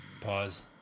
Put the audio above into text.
pause